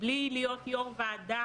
בלי להיות יושב-ראש ועדה